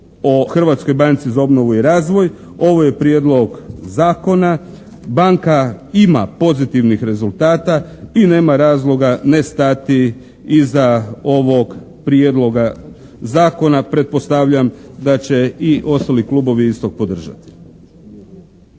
Hrvatskoj banci za obnovu i razvoj. Ovo je prijedlog zakona. Banka ima pozitivnih rezultata i nema razloga ne stati iza ovog prijedloga zakona. Pretpostavljam da će i ostali klubovi isto podržati.